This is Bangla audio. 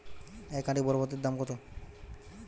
এক আঁটি বরবটির দাম কত?